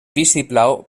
vistiplau